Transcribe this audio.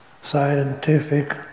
scientific